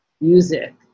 music